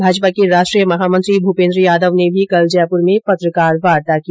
भाजपा के राष्ट्रीय महामंत्री भूपेन्द्र यादव ने भी कल जयप्र में पत्रकार वार्ता की